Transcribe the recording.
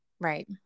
Right